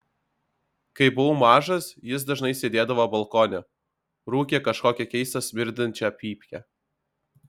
kai buvau mažas jis dažnai sėdėdavo balkone rūkė kažkokią keistą smirdinčią pypkę